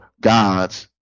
God's